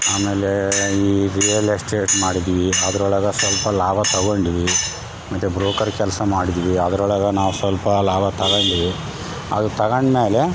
ಆಮೇಲೆ ಈ real estate ಮಾಡಿದ್ವಿ ಅದ್ರೊಳಗೆ ಸ್ವಲ್ಪ ಲಾಭ ತೊಗೊಂಡ್ವಿ ಮತ್ತೆ ಬ್ರೋಕರ್ ಕೆಲಸ ಮಾಡಿದ್ವಿ ಅದ್ರೊಳಗೆ ನಾವು ಸ್ವಲ್ಪ ಲಾಭ ತೊಗೊಂಡೆವು ಅದು ತೊಗೊಂಡ್ಮೇಲೆ